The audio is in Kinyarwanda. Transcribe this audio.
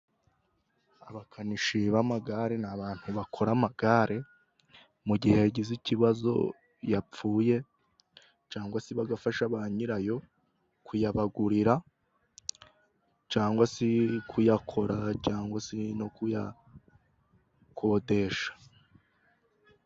Abakanishyi b'amagare ni abantu bakora amagare mu gihe yagize ikibazo, yapfuye, cyangwa se bagafasha ba nyirayo kuyabagurira, cyangwa se kuyakora, cyangwa se no kuyakodesha.